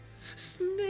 snake